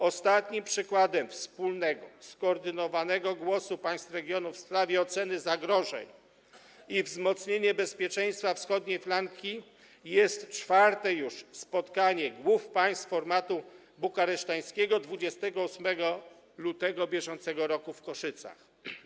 Ostatnim przykładem wspólnego, skoordynowanego głosu państw regionu w sprawie oceny zagrożeń i wzmocnienia bezpieczeństwa wschodniej flanki jest czwarte już spotkanie głów państw formatu bukareszteńskiego 28 lutego br. w Koszycach.